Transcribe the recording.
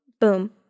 boom